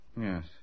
Yes